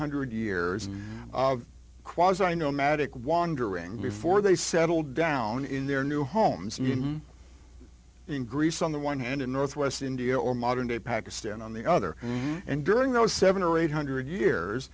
hundred years of quasi i know magic wandering before they settled down in their new homes in greece on the one hand and north west india or modern day pakistan on the other and during those seven or eight hundred years